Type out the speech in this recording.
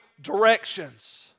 Directions